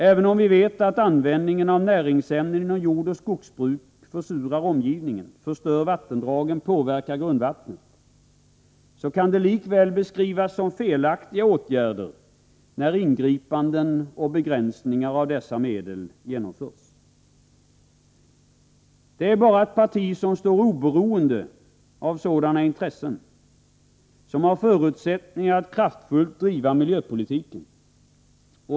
Även om vi vet att användningen av näringsämnen inom jordoch skogsbruket försurar omgivningen, förstör vattendragen och påverkar grundvattnet, kan det likväl beskrivas som felaktiga åtgärder när ingripanden mot och begränsningar av dessa medel genomförs. Det är bara ett parti som står oberoende av sådana intressen som har förutsättningar att kraftfullt driva miljöpolitiken.